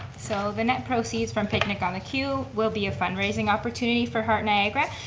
so the net proceeds from picnic on the q will be a fundraising opportunity for heart niagara.